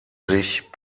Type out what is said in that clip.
sich